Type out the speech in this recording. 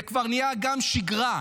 זה כבר נהיה גם שגרה.